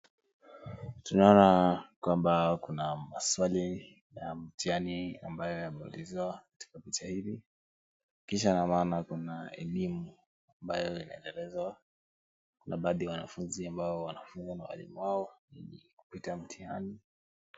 Tunaona kwamba kuna maswali ya mtihani ambayo yameulizwa sasa hivi, kisha na maana kuna elimu ambayo inaelezwa na baadhi ya wanafunzi ambao wanafunzwa na walimu wao kupita mtihani.